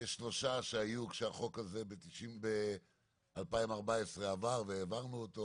יש שלושה שהיו ב-2014 כשהחוק הזה עבר והעברנו אותו